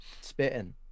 spitting